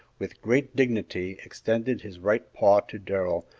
with great dignity, extended his right paw to darrell,